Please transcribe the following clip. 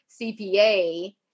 CPA